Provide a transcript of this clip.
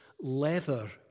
leather